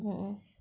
a'ah